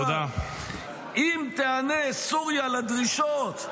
"אם תיענה סוריה לדרישות",